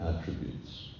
attributes